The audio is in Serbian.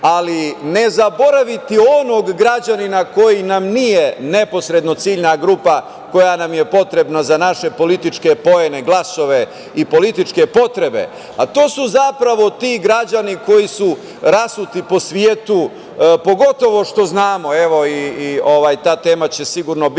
ali ne zaboraviti onog građanina koji nam nije neposredno ciljna grupa koja nam je potrebna za naše političke poene, glasove i političke potrebe. To su zapravo ti građani koji su rasuti po svetu, pogotovo što znamo, evo, ta tema će sigurno biti